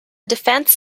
defence